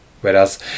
whereas